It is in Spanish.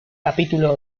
capítulo